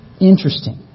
Interesting